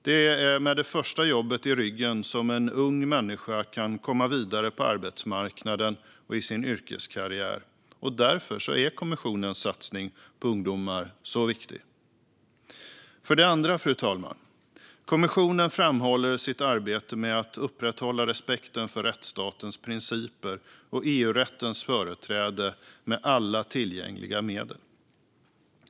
Det är med det första jobbet i ryggen som en ung människa kan komma vidare på arbetsmarknaden och i sin yrkeskarriär. Därför är kommissionens satsning på ungdomar så viktig. För det andra: Kommissionen framhåller sitt arbete med att upprätthålla respekten för rättsstatens principer och EU-rättens företräde med alla tillgängliga medel.